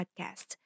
podcast